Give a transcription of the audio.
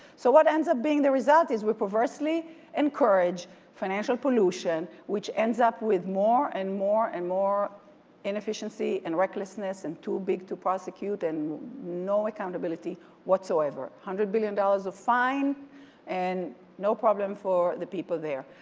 so what ends up being the result? is we perversely encourage financial pollution which ends up with more and more and more inefficiency and recklessness and too big to prosecute and no accountability whatsoever. one hundred billion dollars of fine and no problem for the people there.